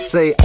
Say